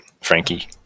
Frankie